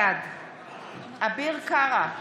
בעד אביר קארה,